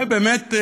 ובאמת,